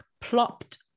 plopped